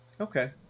Okay